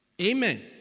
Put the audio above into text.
Amen